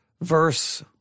Verse